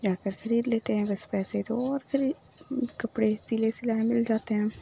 جا کر خرید لیتے ہیں بس پیسے دو اور خرید کپڑے سلے سلائے مل جاتے ہیں